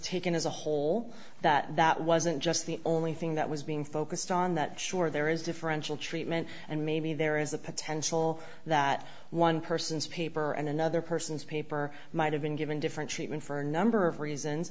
taken as a whole that wasn't just the only thing that was being focused on that sure there is differential treatment and maybe there is a potential that one person's paper and another person's paper might have been given different treatment for a number of reasons